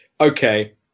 okay